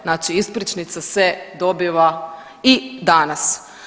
Znači ispričnica se dobiva i danas.